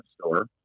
store